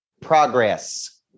progress